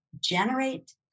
generate